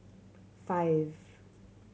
five